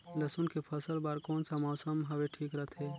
लसुन के फसल बार कोन सा मौसम हवे ठीक रथे?